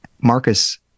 Marcus